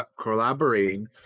collaborating